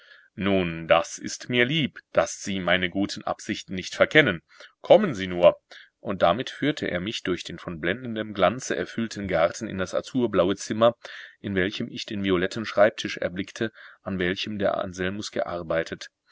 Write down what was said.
nun das ist mir lieb daß sie meine guten absichten nicht verkennen kommen sie nur und damit führte er mich durch den von blendendem glanze erfüllten garten in das azurblaue zimmer in welchem ich den violetten schreibtisch erblickte an welchem der anselmus gearbeitet